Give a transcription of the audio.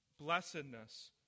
blessedness